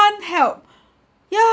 someone help yeah